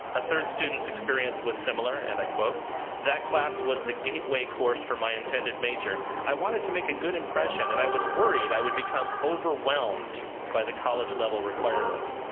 a third student's experience was similar and i quote that class was the gateway course for my intended major. i wanted to make a good impression, and i was worried i would become overwhelmed by the college level requirements.